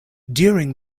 during